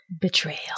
Betrayal